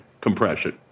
compression